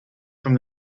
from